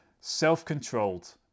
self-controlled